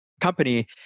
company